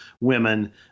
women